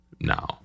now